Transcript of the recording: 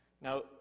Now